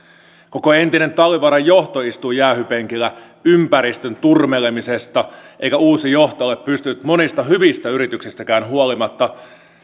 koko entinen talvivaaran johto istui jäähypenkillä ympäristön turmelemisesta eikä uusi johto ole pystynyt monista hyvistä yrityksistäkään huolimatta